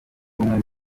ubumwe